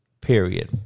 period